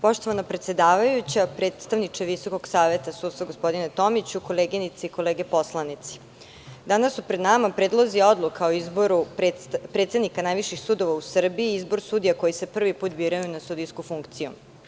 Poštovana predsedavajuća, predstavniče Visokog saveta sudstva, gospodine Tomiću, koleginice i kolege poslanici, danas su pred nama predlozi odluka o izboru predsednika najviših sudova u Srbiji i izbor sudija koji se prvi put biraju na sudijsku funkciju.